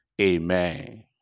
Amen